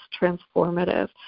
transformative